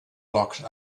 locked